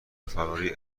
فراری